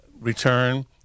return